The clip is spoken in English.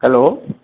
hello